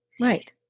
Right